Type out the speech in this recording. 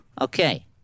Okay